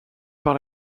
par